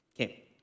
Okay